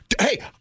hey